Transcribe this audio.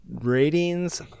ratings